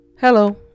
Hello